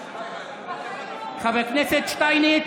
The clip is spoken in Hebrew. חבר הכנסת שטייניץ.